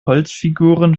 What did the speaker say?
holzfiguren